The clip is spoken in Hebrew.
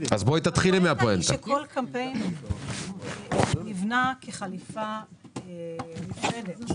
הפואנטה היא שכל קמפיין נבנה כחליפה נפרדת.